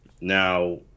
Now